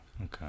Okay